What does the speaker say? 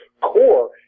core